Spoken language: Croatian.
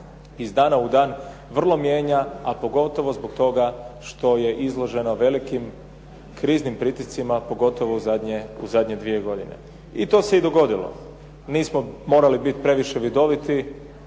iz dana u dan vrlo mijenja, a pogotovo zbog toga što je izloženo velikim kriznim pritiscima a pogotovo u zadnje dvije godine. I to se i dogodilo. Nismo morali biti previše vidoviti